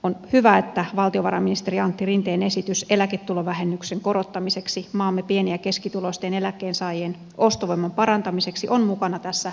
on hyvä että valtiovarainministeri antti rinteen esitys eläketulovähennyksen korottamisesta maamme pieni ja keskituloisten eläkkeensaajien ostovoiman parantamiseksi on mukana tässä budjettiehdotuksessa